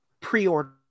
pre-order